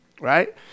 Right